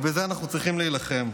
ובזה אנחנו צריכים להילחם.